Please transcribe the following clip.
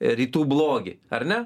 rytų blogį ar ne